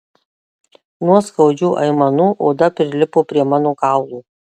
nuo skaudžių aimanų oda prilipo prie mano kaulų